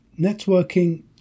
Networking